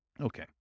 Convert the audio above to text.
Okay